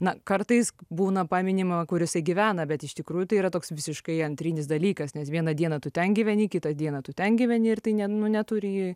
na kartais būna paminima kur jisai gyvena bet iš tikrųjų tai yra toks visiškai antrinis dalykas nes vieną dieną tu ten gyveni kitą dieną tu ten gyveni ir tai ne neturi